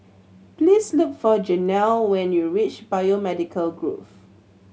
please look for Janel when you reach Biomedical Grove